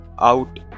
out